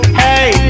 hey